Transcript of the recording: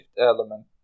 element